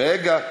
רגע.